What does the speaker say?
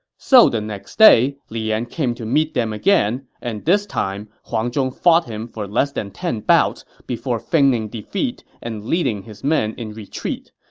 so the next day, li yan came to meet them again, and this time, huang zhong fought him for less than ten bouts before feigning defeat and leading his men in retreat.